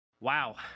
wow